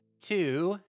two